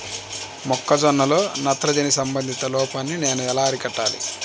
మొక్క జొన్నలో నత్రజని సంబంధిత లోపాన్ని నేను ఎలా అరికట్టాలి?